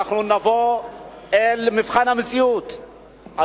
נבוא אל מבחן המציאות,